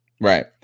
Right